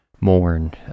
mourn